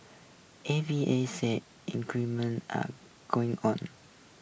A V A said improvement are going on